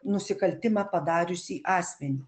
nusikaltimą padariusį asmenį